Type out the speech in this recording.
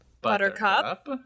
Buttercup